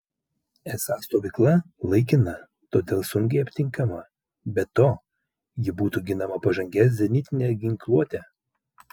esą stovykla laikina todėl sunkiai aptinkama be to ji būtų ginama pažangia zenitine ginkluote